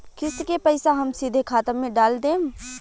किस्त के पईसा हम सीधे खाता में डाल देम?